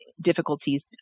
difficulties